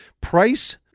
Price